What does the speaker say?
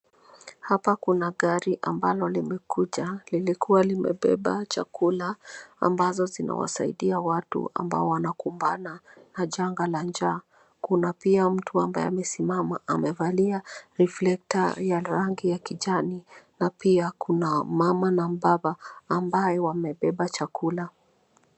Hapa kuna gari ambalo limekuja; lilikuwa limebeba chakula ambazo zinawasaidia watu ambao wanakumbana na janga la njaa. Kuna pia mtu ambaye amesimama amevalia reflector ya rangi ya kijani na pia kuna mama na mbaba ambaye wamebeba chakula.